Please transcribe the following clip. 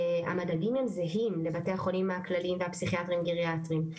המדדים הם זהים לבתי החולים בכלליים והפסיכיאטריים גריאטריים.